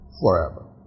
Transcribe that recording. forever